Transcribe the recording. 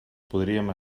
podríem